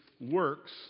works